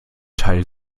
teil